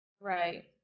Right